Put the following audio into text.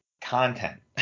content